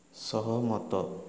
ସହମତ